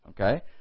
Okay